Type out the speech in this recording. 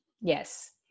Yes